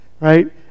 right